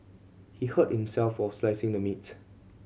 he hurt himself while slicing the meat